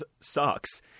sucks